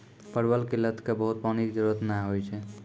परवल के लत क बहुत पानी के जरूरत नाय होय छै